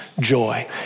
joy